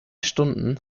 stunden